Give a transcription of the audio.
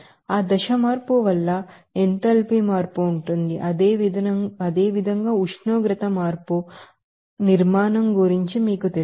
ఆ phase change వల్ల enthalpy మార్పు ఉంటుంది అదేవిధంగా ఉష్ణోగ్రత మార్పు అదేవిధంగా దాని నిర్మాణం గురించి మీకు తెలుసు